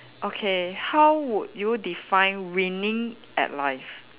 okay how would you define winning at life